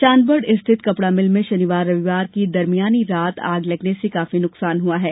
चांदबड़ स्थित कपड़ा मिल में शनिवार रविवार की दरमियानी रात आग लगने से काफी नुकसान हुआ है